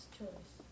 choice